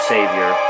Savior